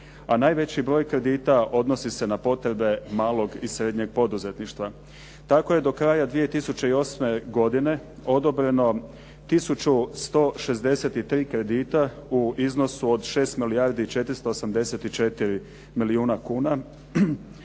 a najveći broj kredita odnosi se na potrebe malog i srednjeg poduzetništva. Tako je do kraja 2008. godine odobreno tisuću 163 kredita u iznosu od 6 milijardi i 484 milijuna kuna,